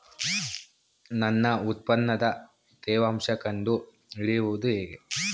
ನನ್ನ ಉತ್ಪನ್ನದ ತೇವಾಂಶ ಕಂಡು ಹಿಡಿಯುವುದು ಹೇಗೆ?